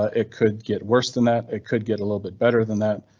ah it could get worse than that. it could get a little bit better than that,